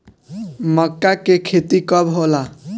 मक्का के खेती कब होला?